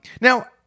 Now